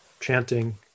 chanting